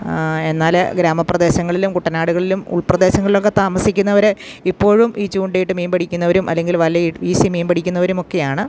എന്നാൽ ഗ്രാമപ്രദേശങ്ങളിലും കുട്ടനാടുകളിലും ഉൾപ്രദേശങ്ങളിലൊക്കെ താമസിക്കുന്നവരെ ഇപ്പോഴും ഈ ചൂണ്ടിയിട്ട് മീൻ പിടിക്കുന്നരും അല്ലെങ്കിൽ വലവീശി മീൻ പിടിക്കുന്നവരുമൊക്കെയാണ്